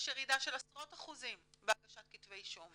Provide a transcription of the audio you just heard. יש ירידה של עשרות אחוזים בהגשת כתבי אישום.